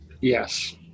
Yes